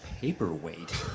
paperweight